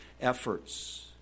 efforts